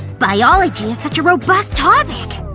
biology is such a robust topic